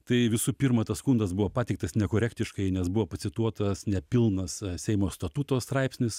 tai visų pirma tas skundas buvo pateiktas nekorektiškai nes buvo pacituotas nepilnas seimo statuto straipsnis